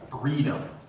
freedom